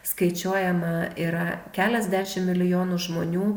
skaičiuojama yra keliasdešimt milijonų žmonių